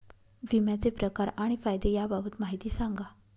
विम्याचे प्रकार आणि फायदे याबाबत माहिती सांगा